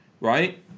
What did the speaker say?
right